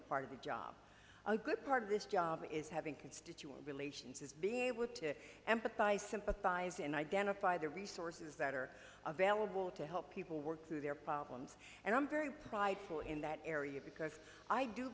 a part of the job a good part of this job is having constituent relations is being able to empathize sympathize and identify the resources that are available to help people work through their problems and i'm very prideful in that area because i do